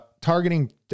targeting